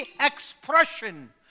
expression